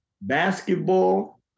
basketball